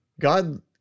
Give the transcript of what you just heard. God